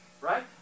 right